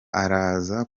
araza